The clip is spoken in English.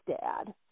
dad